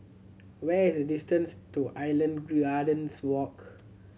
where is the distance to Island Gardens Walk